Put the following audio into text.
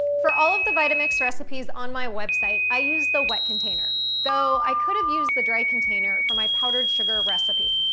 for all of the vitamix recipes on my website i use the wet container. though, i could have used the dry container for my powdered sugar recipe.